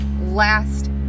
last